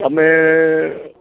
અમે